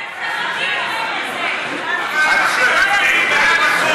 צדק חברתי, קוראים לזה.